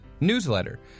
newsletter